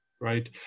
right